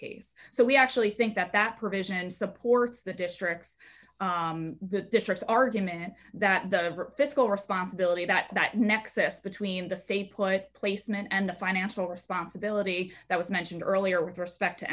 case so we actually think that that provision supports the district's districts argument that the fiscal responsibility that nexus between the state put placement and the financial responsibility that was mentioned earlier with respect to